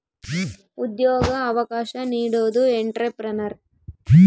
ಉದ್ಯೋಗ ಅವಕಾಶ ನೀಡೋದು ಎಂಟ್ರೆಪ್ರನರ್